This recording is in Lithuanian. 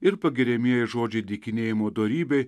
ir pagiriamieji žodžiai dykinėjimo dorybei